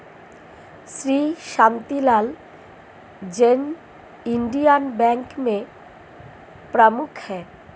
Shri Shantilal Jain Indian bank के प्रमुख है